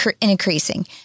increasing